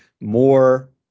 more